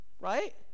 right